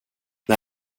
när